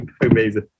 amazing